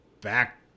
back